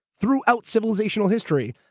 throughout civilization in history.